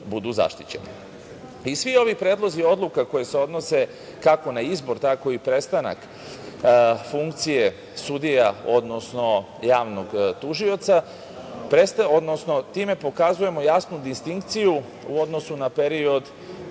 ovi predlozi odluka koje se odnose kako na izbor, tako i prestanak funkcije sudija, odnosno javnog tužioca, odnosno time pokazujemo jasnu distinkciju u odnosu na period